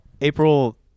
April